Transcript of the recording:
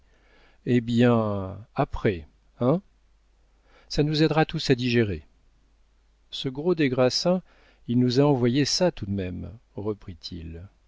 hé bien après hein ça nous aidera tous à digérer ce gros des grassins il nous a envoyé ça tout de même